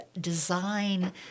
design